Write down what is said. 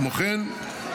כמו כן,